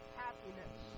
happiness